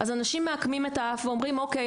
אז אנשים מעקמים את האף ואומרים "אוקיי,